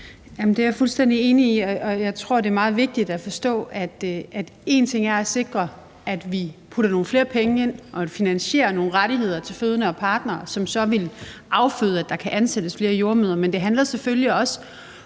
det er jeg fuldstændig enig i, og jeg tror, det er meget vigtigt at forstå, at en ting er at sikre, at vi putter nogle flere penge ind og finansierer nogle rettigheder til fødende og partnere, som så vil afføde, at der kan ansættes flere jordemødre, men det handler selvfølgelig også om